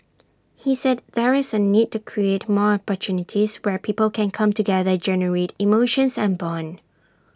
he said there is A need to create more opportunities where people can come together generate emotions and Bond